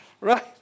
Right